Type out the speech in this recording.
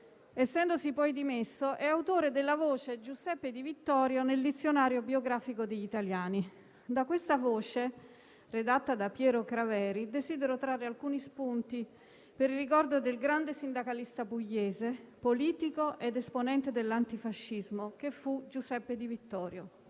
essendosi poi dimesso, è autore della voce «Giuseppe Di Vittorio» nel Dizionario biografico degli italiani. Da questa voce, redatta da Piero Craveri, desidero trarre alcuni spunti per il ricordo del grande sindacalista pugliese, politico ed esponente dell'antifascismo che fu Giuseppe Di Vittorio.